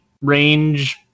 range